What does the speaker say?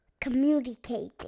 Communicating